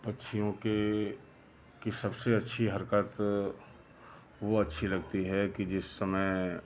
पक्षियों के की सबसे अच्छी हरकत वो अच्छी लगती है कि जिस समय